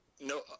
no